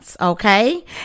Okay